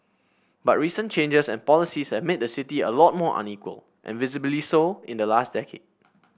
but recent changes and policies have made the city a lot more unequal and visibly so in the last decade